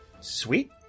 Sweet